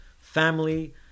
family